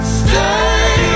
stay